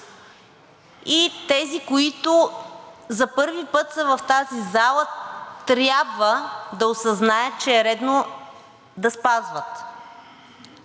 и тези, които за първи път са в тази зала, трябва да осъзнаят, че е редно да спазват.